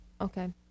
Okay